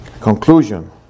Conclusion